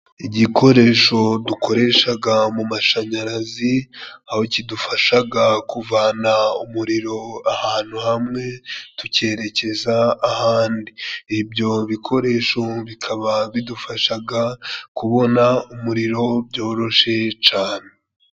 Igikoresho dukoreshaga mu mashanyarazi, aho kidufashaga kuvana umuriro ahantu hamwe tukerekeza ahandi. Ibyo bikoresho bikaba bidufashaga kubona umuriro byoroshye cane.